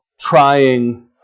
trying